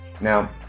Now